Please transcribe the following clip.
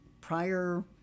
prior